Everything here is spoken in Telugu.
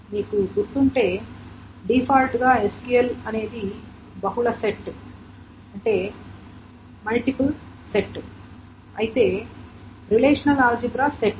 మీకు గుర్తుంటే డిఫాల్ట్గా SQL అనేది బహుళ సెట్ అయితే రిలేషనల్ ఆల్జీబ్రా సెట్